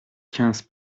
quinze